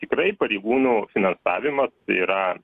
tikrai pareigūnų finansavimas tai yra